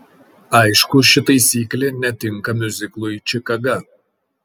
aišku ši taisyklė netinka miuziklui čikaga